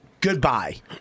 goodbye